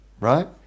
right